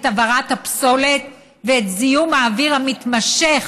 את הבערת הפסולת ואת זיהום האוויר המתמשך,